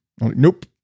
Nope